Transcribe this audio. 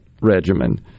regimen